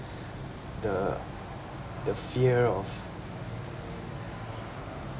the the fear of